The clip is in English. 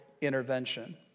intervention